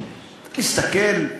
תסתכל,